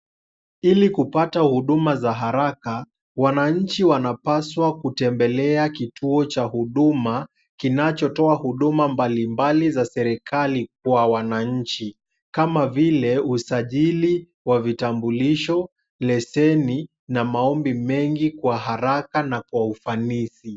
Ili kupata huduma za haraka, wananchi wanapaswa kutembelea kituo cha huduma, kinachotoa huduma mbalimbali za serikali kwa wananchi, kama vile usajili wa vitambulisho, leseni na maombi mengi kwa haraka na kwa ufanisi.